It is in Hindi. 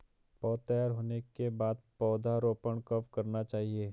पौध तैयार होने के बाद पौधा रोपण कब करना चाहिए?